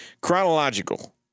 Chronological